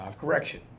correction